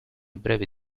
brevi